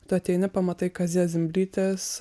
tu ateini pamatai kazės zimblytės